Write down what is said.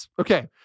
Okay